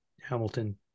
Hamilton